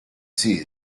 see